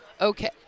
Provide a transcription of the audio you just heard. okay